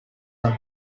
are